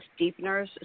deepeners